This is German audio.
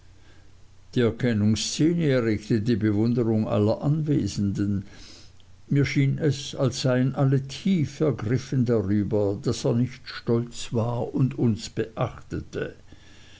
die erkennungsszene erregte die verwunderung aller anwesenden mir schien es als seien alle tief ergriffen darüber daß er nicht stolz war und uns beachtete